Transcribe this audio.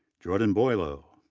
jordan boileau,